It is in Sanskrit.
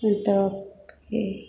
इतोपि